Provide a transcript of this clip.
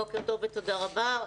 בוקר טוב ותודה רבה.